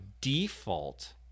default